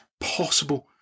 possible